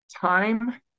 time